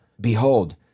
Behold